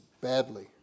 badly